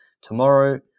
tomorrow